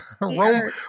Rome